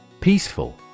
Peaceful